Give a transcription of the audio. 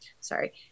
sorry